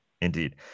Indeed